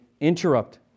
interrupt